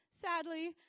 sadly